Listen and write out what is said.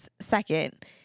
second